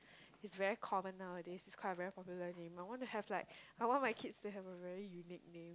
is very common nowadays it's quite a very popular name I want to have like I want my kids to have a very unique name